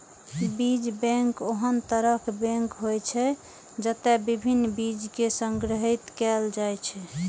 बीज बैंक ओहन तरहक बैंक होइ छै, जतय विभिन्न बीज कें संग्रहीत कैल जाइ छै